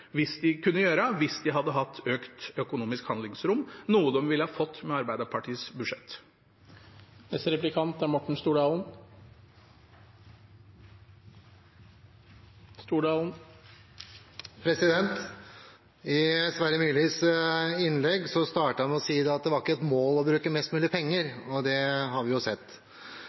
hvis de hadde hatt økt økonomisk handlingsrom, noe de ville fått med Arbeiderpartiets budsjett. I sitt innlegg startet Sverre Myrli med å si at det ikke var et mål å bruke mest mulig penger. Det har vi jo sett.